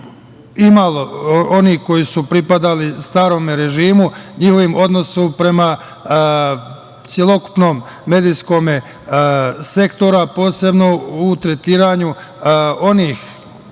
imali oni koji su pripadali starome režimu, njihovom odnosu prema celokupnom medijskom sektoru, posebno u tretiranju onih